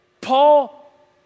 Paul